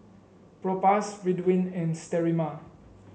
Propass Ridwind and Sterimar